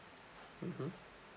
mmhmm